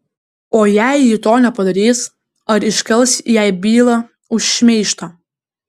o jei ji to nepadarys ar iškels jai bylą už šmeižtą